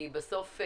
כי בסוף,